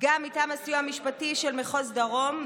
ייצגה מטעם הסיוע משפטי של מחוז דרום,